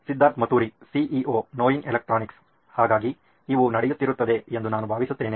Siddharth Maturi CEO ನೋಯಿನ್ electronics ಹಾಗಾಗಿ ಇವು ನಡೆಯುತ್ತಿರುತ್ತದೆ ಎಂದು ನಾನು ಭಾವಿಸುತ್ತೇನೆ